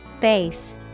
Base